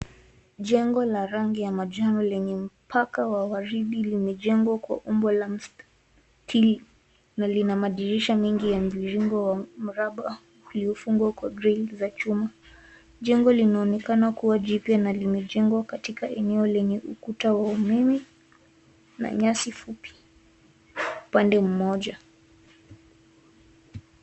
Jengo la rangi ya manjano lenye paka wa waridi limejengwa kwa umbo la mstati na lina madirisha mengi ya mviringo wa mraba uliofungwa kwa grill za chuma. Jengo linaonekana kuwa jipya na limejengwa katika eneo lenye ukuta wa umeme, na nyasi fupi, upande mmoja.